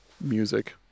music